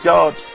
God